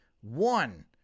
One